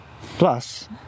Plus